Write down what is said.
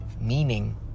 meaning